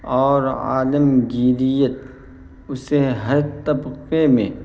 اور عالمگیریت اسے ہر طبقے میں